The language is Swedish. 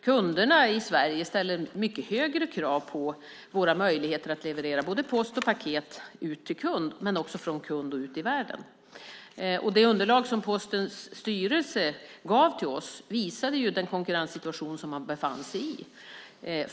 Kunderna i Sverige ställer mycket högre krav på möjligheten att leverera både post och paket ut till kund men också från kund och ut i världen. Det underlag som Postens styrelse gav till oss visade den konkurrenssituation som man befann sig i.